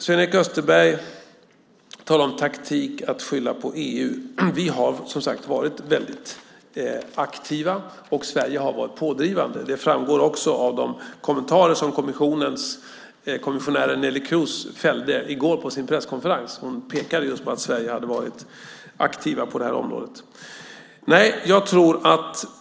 Sven-Erik Österberg talar om taktik att skylla på EU. Vi har, som sagt, varit väldigt aktiva. Sverige har varit pådrivande. Det framgår av de kommentarer som kommissionären Neelie Kroes fällde i går på sin presskonferens. Hon pekade just på att Sverige hade varit aktivt på det här området.